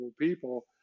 people